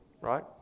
right